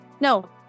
No